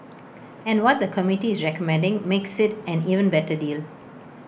and what the committee is recommending makes IT an even better deal